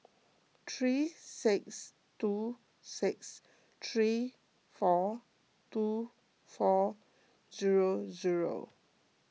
three six two six three four two four zero zero